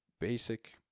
basic